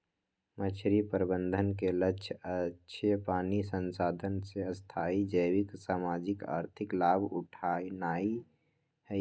मछरी प्रबंधन के लक्ष्य अक्षय पानी संसाधन से स्थाई जैविक, सामाजिक, आर्थिक लाभ उठेनाइ हइ